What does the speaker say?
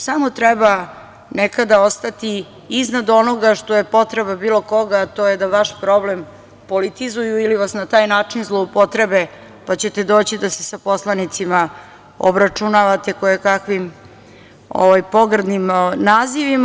Samo treba nekada ostati iznad onoga što je potreba bilo koga, a to je da vaš problem politizuju ili vas na taj način zloupotrebe, pa ćete doći da se poslanicima obračunavate koje kakvim pogrdnim nazivima.